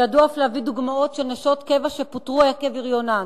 שידעו אף להביא דוגמאות של נשות קבע שפוטרו עקב הריונן.